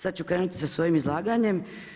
Sad ću krenuti sa svojim izlaganjem.